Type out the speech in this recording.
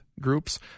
groups